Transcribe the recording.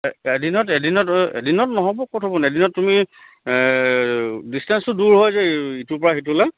এদিনত এদিনত এদিনত নহ'ব ক'ত হ'ব ন এদিনত তুমি ডিষ্টেন্সটো দূৰ হয় যে ইটোৰ পৰা সিটোলে